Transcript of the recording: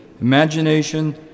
imagination